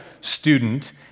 student